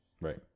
right